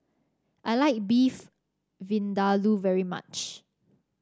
I like Beef Vindaloo very much